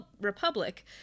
Republic